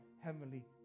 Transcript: Heavenly